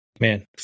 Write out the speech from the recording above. Man